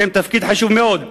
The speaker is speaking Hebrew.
יש להם תפקיד חשוב מאוד,